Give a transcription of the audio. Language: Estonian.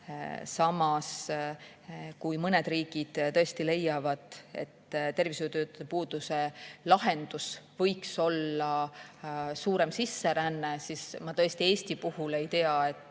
Samas, kui mõned riigid tõesti leiavad, et tervishoiutöötajate puuduse lahendus võiks olla suurem sisseränne, siis ma tõesti Eesti puhul ei tea, et